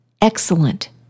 excellent